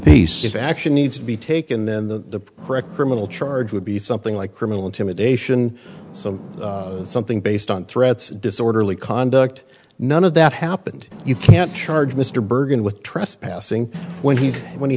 if action needs to be taken then the correct criminal charge would be something like criminal intimidation so something based on threats and disorderly conduct none of that happened you can't charge mr bergen with trespassing when he's when he